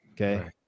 Okay